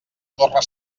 torre